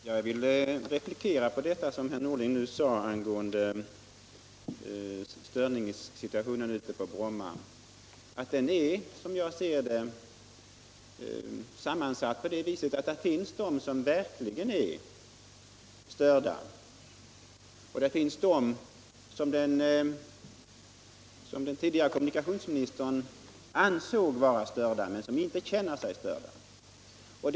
Herr talman! Störningssituationen på Bromma är komplicerad. Det finns dels människor som verkligen är störda, dels människor som den tidigare kommunikationsministern ansåg vara störda men som inte känner sig störda.